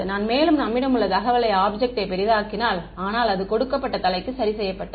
நான் மேலும் நம்மிடம் உள்ள தகவலை விட ஆப்ஜெக்ட்டை பெரிதாக்கினால் ஆனால் அது கொடுக்கப்பட்ட தலைக்கு சரி செய்யப்பட்டது